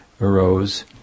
arose